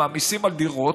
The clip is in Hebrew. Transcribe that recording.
מהמיסים על הדירות,